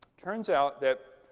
turns out that